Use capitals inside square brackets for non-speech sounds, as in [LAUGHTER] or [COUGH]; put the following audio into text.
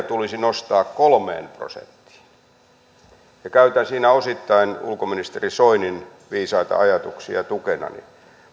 [UNINTELLIGIBLE] tulisi nostaa kolmeen prosenttiin käytän siinä osittain ulkoministeri soinin viisaita ajatuksia tukenani